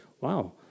wow